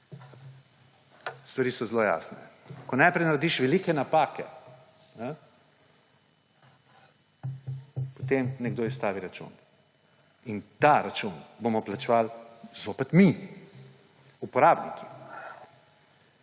Stvari so zelo jasne. Ko najprej narediš velike napake, potem nekdo izstavi račun. In ta račun bomo plačevali zopet mi – uporabniki.